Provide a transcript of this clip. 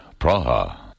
Praha